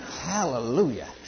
Hallelujah